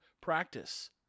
practice